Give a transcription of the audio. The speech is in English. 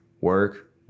work